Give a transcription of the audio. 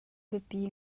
biapi